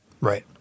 right